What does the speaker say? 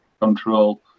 control